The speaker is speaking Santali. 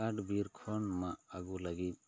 ᱠᱟᱴ ᱵᱤᱨ ᱠᱷᱚᱱ ᱢᱟᱜ ᱟᱹᱜᱩ ᱞᱟᱹᱜᱤᱫ